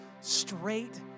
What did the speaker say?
straight